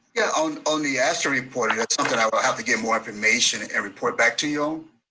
yeah, on on the aashe report, and that's something i would have to get more information and report back to you